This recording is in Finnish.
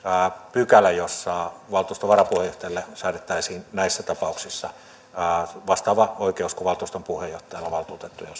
pykälä jossa valtuuston varapuheenjohtajalle säädettäisiin näissä tapauksissa vastaava oikeus kuin valtuuston puheenjohtajalla valtuutettujen